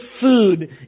food